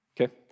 Okay